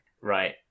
Right